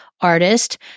artist